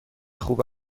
خوب